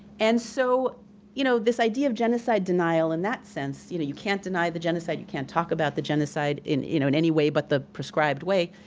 and so you know this idea of genocide denial in that sense, you know you can't deny the genocide, you can't talk about the genocide, in you know in any way but the prescribed way,